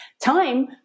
time